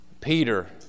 peter